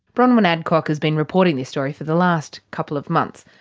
bronwyn adcock has been reporting this story for the last couple of months.